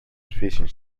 fishing